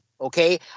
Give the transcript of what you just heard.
Okay